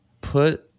put